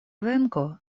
venko